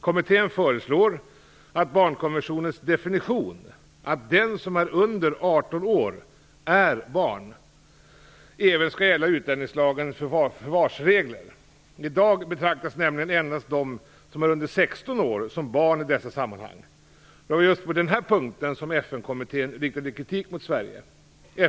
Kommittén föreslår att barnkonventionens definition, att den som är under 18 år är barn, även skall gälla utlänningslagens förvarsregler. I dag betraktas nämligen endast de som är under 16 år som barn i dessa sammanhang. Det var just på denna punkt som FN-kommittén riktade kritik mot Sverige.